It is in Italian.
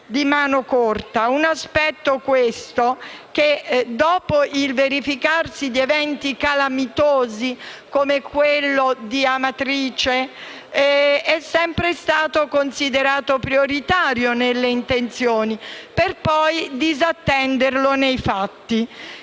un aspetto questo che, dopo il verificarsi di eventi calamitosi, come quello di Amatrice, è sempre stato considerato prioritario nelle intenzioni, ma è stato poi disatteso nei fatti.